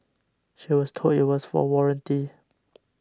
she was told it was for warranty